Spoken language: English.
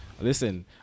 Listen